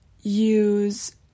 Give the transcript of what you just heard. use